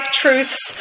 truths